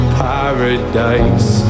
paradise